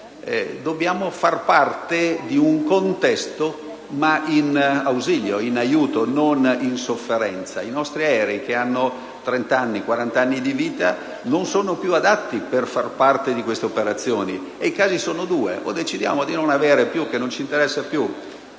dobbiamo far parte di un contesto, ma in ausilio, in aiuto e non in sofferenza. I nostri aerei, che hanno trenta o quarant'anni di vita, non sono più adatti per far parte di queste operazioni. I casi sono due: o decidiamo che non ci interessa più